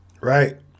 right